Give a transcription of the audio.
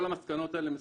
כל המסקנות האלה מסורסות,